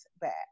back